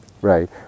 Right